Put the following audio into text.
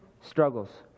struggles